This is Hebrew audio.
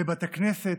בבתי כנסת,